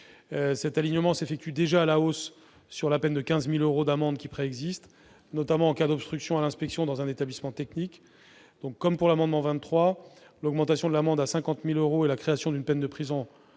Cet alignement s'effectue déjà à la hausse sur la peine de 15 000 euros d'amende qui préexiste, notamment en cas d'obstruction à l'inspection dans un établissement technique. Comme pour l'amendement n° 23 rectifié, le relèvement du montant de l'amende à 50 000 euros et la création d'une peine de prison